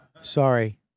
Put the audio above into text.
Sorry